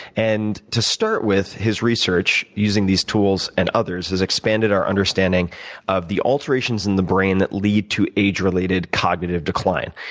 and, to start with, his research using these tools and other has expanded our understanding of the alterations in the brain that lead to age-related cognitive decline.